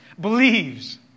believes